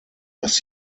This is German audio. dass